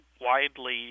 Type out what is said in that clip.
widely